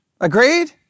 Agreed